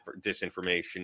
disinformation